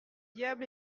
diable